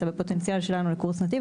אתה בפוטנציאל שלנו לקורס נתיב,